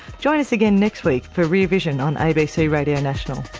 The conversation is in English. join us again next week for rear vision on abc radio national